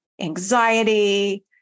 anxiety